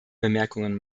bemerkungen